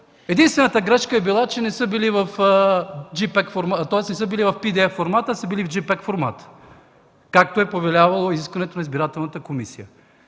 Единствената грешка била, че са били не в PDF формат, а са били в JPG формат, както е повелявало изискването на избирателната комисия.